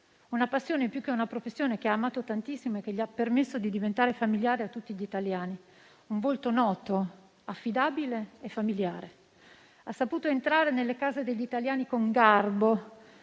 una passione più che una professione, che ha amato tantissimo e che gli ha permesso di diventare familiare a tutti gli italiani. Un volto noto, affidabile e familiare, ha saputo entrare nelle case degli italiani con garbo,